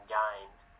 gained